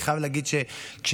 אני חייב להגיד שכשמדברים,